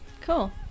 cool